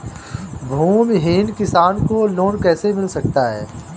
भूमिहीन किसान को लोन कैसे मिल सकता है?